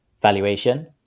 valuation